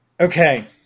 Okay